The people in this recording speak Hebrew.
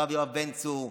הרב יואב בן צור,